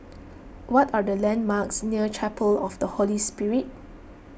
what are the landmarks near Chapel of the Holy Spirit